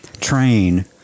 train